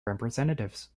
representatives